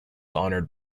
honored